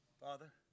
Father